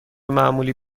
معمولی